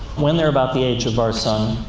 when they're about the age of our sun,